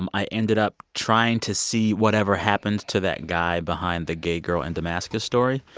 um i ended up trying to see whatever happened to that guy behind the gay girl in damascus story.